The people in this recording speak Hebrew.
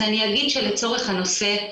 אז אני אגיד שלצורך הנושא,